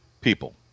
people